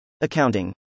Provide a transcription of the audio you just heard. Accounting